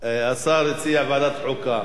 השר הציע ועדת חוקה.